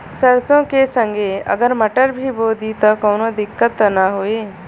सरसो के संगे अगर मटर भी बो दी त कवनो दिक्कत त ना होय?